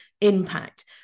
impact